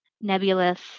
nebulous